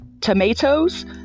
Tomatoes